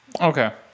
okay